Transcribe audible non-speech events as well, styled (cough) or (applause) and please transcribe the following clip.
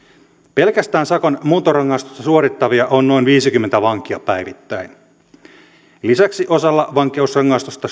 pelkästään sakon muuntorangaistusta suorittavia on noin viisikymmentä vankia päivittäin lisäksi osalla vankeusrangaistusta (unintelligible)